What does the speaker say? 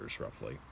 roughly